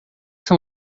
são